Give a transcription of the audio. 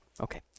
okay